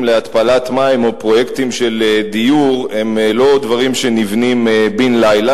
להתפלת מים או פרויקטים של דיור הם לא דברים שנבנים בן-לילה.